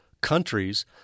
countries